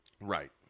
Right